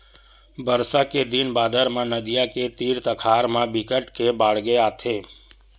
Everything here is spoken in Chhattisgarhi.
बरसा के दिन बादर म नदियां के तीर तखार मन म बिकट के बाड़गे आथे